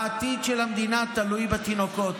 העתיד של המדינה תלוי בתינוקות.